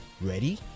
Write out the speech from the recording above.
Ready